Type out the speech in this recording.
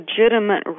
legitimate